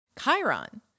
Chiron